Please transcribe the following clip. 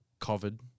COVID